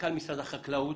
מנכ"ל משרד החקלאות,